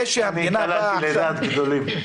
אני קלעתי לדעת גדולים.